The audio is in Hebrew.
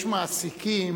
יש מעסיקים